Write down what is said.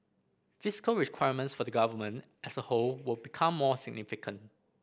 fiscal requirements for the Government as a whole will become more significant